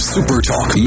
Supertalk